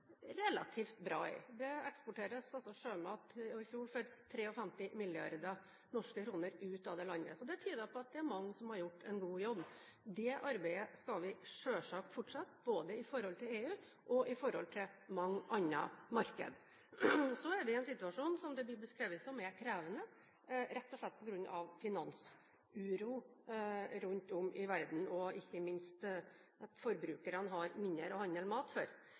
relativt bra med. I fjor ble det eksportert sjømat for 53 mrd. norske kr, det tyder på at det er mange som har gjort en god jobb. Det arbeidet skal vi selvsagt fortsette, både med tanke på EU og mange andre marked. Vi er i en situasjon – som det blir beskrevet – som er krevende, rett og slett, på grunn av finansuro rundt om i verden, og ikke minst fordi forbrukerne har mindre å handle mat for.